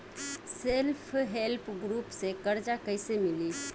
Self help group से कर्जा कईसे मिली?